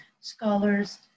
scholars